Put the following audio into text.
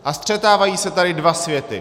A střetávají se tady dva světy.